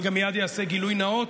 אני גם מייד אעשה גילוי נאות,